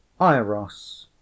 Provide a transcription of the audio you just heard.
Iros